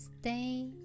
stay